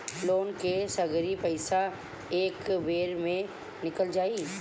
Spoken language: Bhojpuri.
लोन के सगरी पइसा एके बेर में मिल जाई?